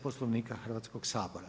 Poslovnika Hrvatskog sabora.